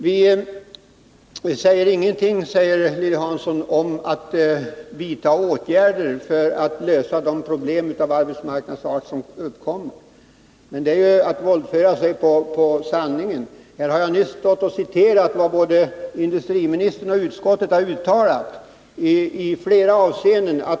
Vi säger ingenting, påstår Lilly Hansson vidare, om vilka åtgärder som skall vidtas för att lösa de problem av arbetsmarknadspolitisk art som uppkommer. Men det är ju att våldföra sig på sanningen. Här har jag nyss stått och citerat vad industriministern och utskottet uttalat i flera avseenden.